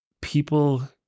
people